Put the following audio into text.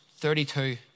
32